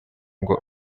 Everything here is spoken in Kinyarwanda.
ngo